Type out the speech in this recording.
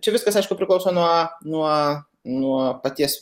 čia viskas aišku priklauso nuo nuo nuo paties